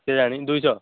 କେଜାଣି ଦୁଇଶହ